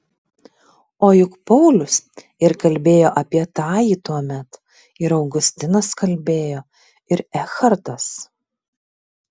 o juk paulius ir kalbėjo apie tąjį tuomet ir augustinas kalbėjo ir ekhartas